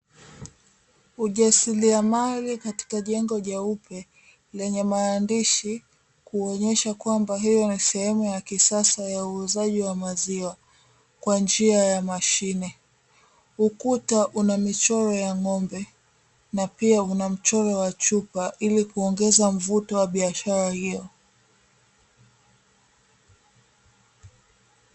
Ujasiriamali katika jengo jeupe lenye maandishi, kuonyesha kwamba hiyo ni sehemu ya kisasa ya uuzaji wa maziwa kwa njia ya mashine. Ukuta una michoro ya ng'ombe na pia una mchoro wa chupa ili kuongeza mvuto wa biashara hiyo.